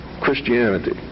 Christianity